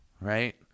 right